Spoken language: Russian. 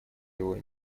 его